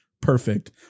perfect